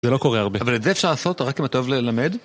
זה לא קורה הרבה. אבל את זה אפשר לעשות רק אם אתה אוהב ללמד?